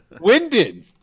Winded